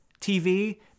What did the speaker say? TV